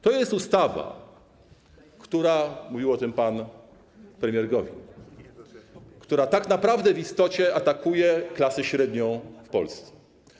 To jest ustawa, mówił o tym pan premier Gowin, która tak naprawdę w istocie atakuje klasę średnią w Polsce.